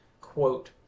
quote